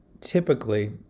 typically